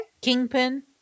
Kingpin